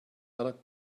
other